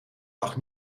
lag